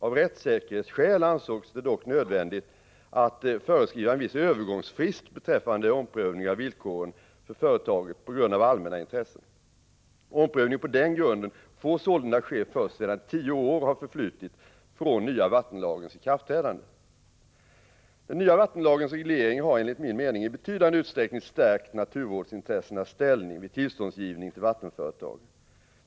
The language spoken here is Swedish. Av rättssäkerhetsskäl ansågs det dock nödvändigt att föreskriva en viss övergångsfrist beträffande omprövning av villkoren för företaget på grund av allmänna intressen. Omprövning på den grunden får sålunda ske först sedan tio år har förflutit från nya vattenlagens ikraftträdande. Den nya vattenlagens reglering har enligt min mening i betydande utsträckning stärkt naturvårdsintressenas ställning vid tillståndsgivning till vattenföretag.